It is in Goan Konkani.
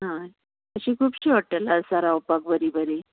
अशीं खूबशीं हॉटेलां आसा रावपाक बरीं बरीं